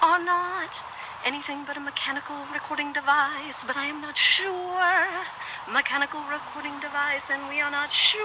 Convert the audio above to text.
our anything but a mechanical recording device but i am not sure mechanical recording device and we are not sure